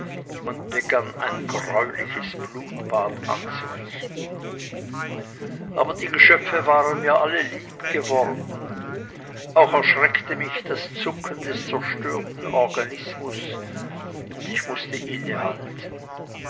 und begann ein greuliches blutbad anzurichten aber die geschöpfe waren mir alle lieb geworden auch erschreckte mich das zucken des zerstörten organismus und ich mußte innehalten